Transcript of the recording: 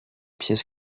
pièces